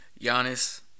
Giannis